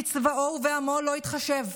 בצבאו ובעמו לא יתחשב?